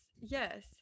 Yes